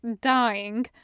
dying